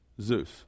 Zeus